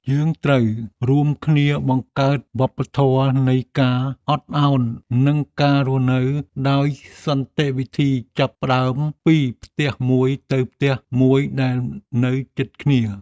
យើងត្រូវរួមគ្នាបង្កើតវប្បធម៌នៃការអត់ឱននិងការរស់នៅដោយសន្តិវិធីចាប់ផ្តើមពីផ្ទះមួយទៅផ្ទះមួយដែលនៅជិតគ្នា។